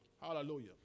Hallelujah